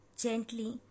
gently